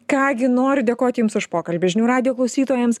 ką gi noriu dėkot jums už pokalbį žinių radijo klausytojams